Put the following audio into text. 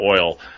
oil